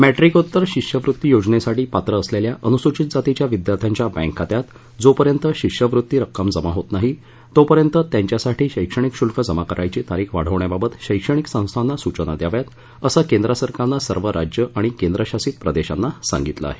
मॅट्रीकोत्तर शिष्यवृत्ती योजनेसठी पात्र असलेल्या अनुसूचित जातीच्या विद्यार्थ्यांच्या बँक खात्यात जोपर्यंत शिष्यवृत्ती रक्कम जमा होत नाही तोपर्यंत त्यांच्यासाठी शैक्षणिक शुल्क जमा करण्याची तारीख वाढवण्याबाबत शैक्षणिक संस्थांना सूचना द्याव्यात असं केंद्र सरकारनं सर्व राज्यं आणि केंद्रशासित प्रदेशांना सांगितलं आहे